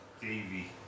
Davey